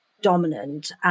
dominant